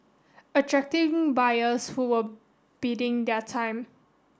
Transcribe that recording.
attracting buyers who were biding their time